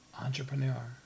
Entrepreneur